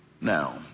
now